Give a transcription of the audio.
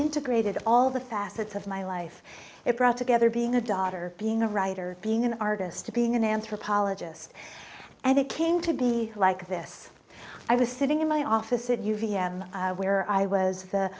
integrated all the facets of my life it brought together being a daughter being a writer being an artist a being an anthropologist and it came to be like this i was sitting in my office and you v m where i was